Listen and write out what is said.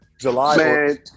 July